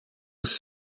was